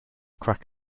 crack